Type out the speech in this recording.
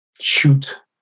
shoot